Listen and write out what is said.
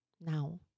now